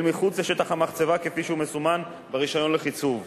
מחוץ לשטח המחצבה כפי שהוא מסומן ברשיון לחיצוב.